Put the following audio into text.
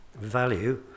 value